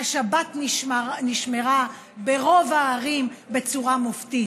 השבת נשמרה ברוב הערים בצורה מופתית.